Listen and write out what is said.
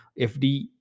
FD